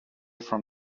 from